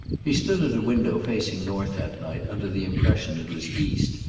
he stood at a window facing north that night, under the impression it was east,